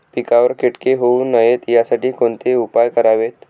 पिकावर किटके होऊ नयेत यासाठी कोणते उपाय करावेत?